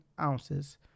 ounces